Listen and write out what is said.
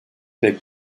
pek